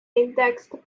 indexed